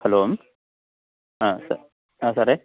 hello ആ ആ സാറേ